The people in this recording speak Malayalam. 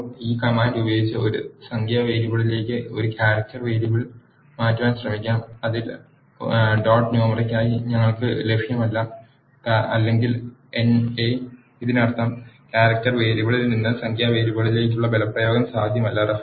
ഇപ്പോൾ ഈ കമാൻഡ് ഉപയോഗിച്ച് ഒരു സംഖ്യാ വേരിയബിളിലേക്ക് ഒരു ക്യാരക്ടർ വേരിയബിളിൽ മാറ്റുവാൻ ശ്രമിക്കാം അതിൽ ഡോട്ട് ന്യൂമെറിക് ആയി ഞങ്ങൾക്ക് ലഭ്യമല്ല അല്ലെങ്കിൽ NA ഇതിനർത്ഥം ക്യാരക്ടർ വേരിയബിളിൽ നിന്ന് സംഖ്യാ വേരിയബിളുകളിലേക്കുള്ള ബലപ്രയോഗം സാധ്യമല്ല